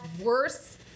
worse